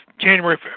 January